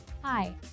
Hi